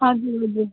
हजुर हजुर